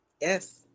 Yes